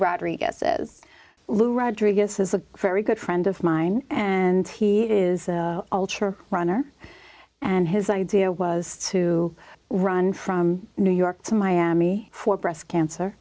rodriguez is lou rodriguez is a very good friend of mine and he is ultra runner and his idea was to run from new york to miami for breast cancer